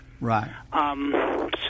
Right